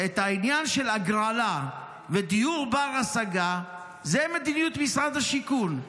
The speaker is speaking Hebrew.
והעניין של הגרלה ודיור בר-השגה זה מדיניות משרד השיכון.